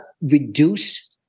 reduce